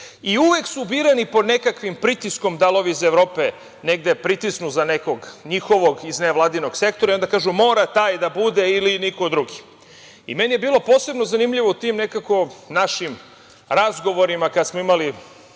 i uvek su birani pod nekakvim pritiskom, da li ovi iz Evrope negde pritisnu za nekog njihovog iz nevladinog sektora i onda kažu – mora taj da bude ili niko drugi. Meni je bilo posebno zanimljivo u tim nekim razgovorima kada smo imali